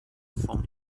vom